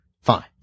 Fine